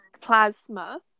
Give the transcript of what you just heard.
plasma